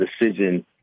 decision